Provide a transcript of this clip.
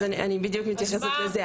אז אני בדיוק מתייחסת לזה,